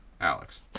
Alex